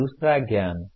दूसरा ज्ञान है